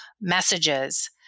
messages